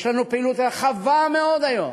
יש לנו פעילות רחבה מאוד היום